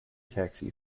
taxi